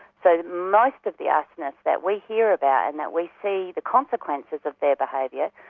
so most of the arsonists that we hear about and that we see the consequences of their behaviour,